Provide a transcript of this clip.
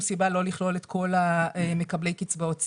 סיבה לא לכלול את כל מקבלי קצבאות סיעוד.